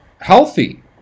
healthy